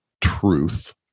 truth